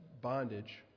bondage